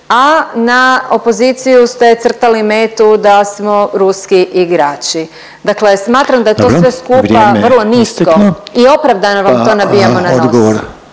a na opoziciju ste crtali metu da smo ruski igrači. Dakle, smatram da je to sve skupa … …/Upadica Željko Reiner: